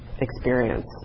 experience